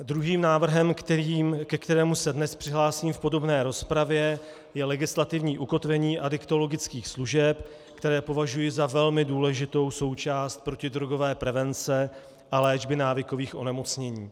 Druhým návrhem, ke kterému se dnes přihlásím v podrobné rozpravě, je legislativní ukotvení adiktologických služeb, které považuji za velmi důležitou součást protidrogové prevence a léčby návykových onemocnění.